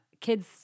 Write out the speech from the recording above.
kids